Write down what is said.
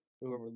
Whoever